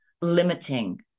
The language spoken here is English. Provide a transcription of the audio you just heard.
limiting